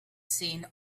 seen